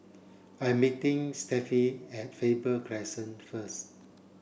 I'm meeting at Faber Crescent first